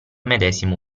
medesimo